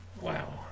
Wow